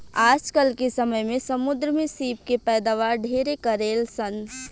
आजकल के समय में समुंद्र में सीप के पैदावार ढेरे करेलसन